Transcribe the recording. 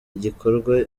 igikorwa